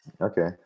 Okay